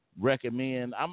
recommend